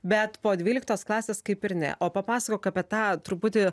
bet po dvyliktos klasės kaip ir ne o papasakok apie tą truputį